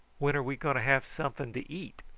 when are we going to have something to eat?